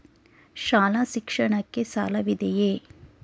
ಶಾಲಾ ಶಿಕ್ಷಣಕ್ಕೆ ಸಾಲವಿದೆಯೇ?